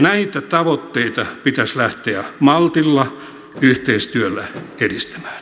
näitä tavoitteita pitäisi lähteä maltilla yhteistyöllä edistämään